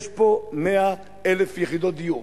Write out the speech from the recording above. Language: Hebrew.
יש פה 100,000 יחידות דיור.